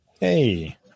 Hey